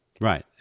Right